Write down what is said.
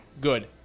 good